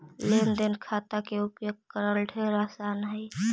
लेन देन खाता के उपयोग करल ढेर आसान हई